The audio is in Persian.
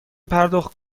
پرداخت